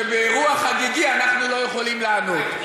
שבאירוע חגיגי אנחנו לא יכולים לענות,